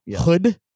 Hood